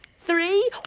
three.